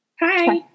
Hi